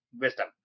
wisdom